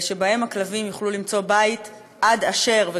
שבהן הכלבים יוכלו למצוא בית עד אשר,